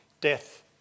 death